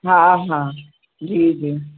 हा हा जी जी